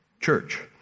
Church